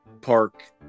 park